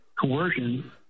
coercion